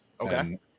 okay